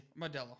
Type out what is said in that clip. Modelo